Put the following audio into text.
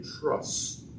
trust